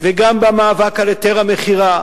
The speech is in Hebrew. וגם במאבק על היתר המכירה,